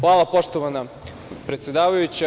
Hvala, poštovana predsedavajuća.